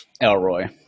Elroy